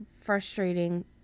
frustrating